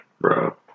Bro